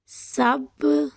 ਸਭ